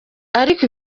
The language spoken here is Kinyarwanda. ariko